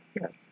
Yes